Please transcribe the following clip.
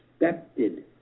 expected